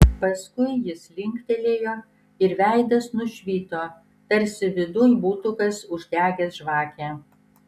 paskui jis linktelėjo ir veidas nušvito tarsi viduj būtų kas uždegęs žvakę